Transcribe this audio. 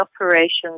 operations